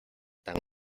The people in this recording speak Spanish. tan